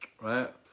right